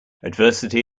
adversity